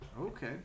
Okay